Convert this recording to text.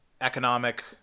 economic